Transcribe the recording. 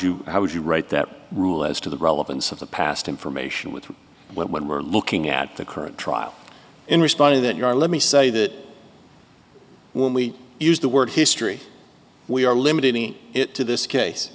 you how would you write that rule as to the relevance of the past information with when we're looking at the current trial in response to that you are let me say that when we use the word history we are limiting it to this case